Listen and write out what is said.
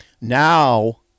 Now